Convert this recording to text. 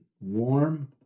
warm